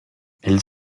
elles